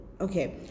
okay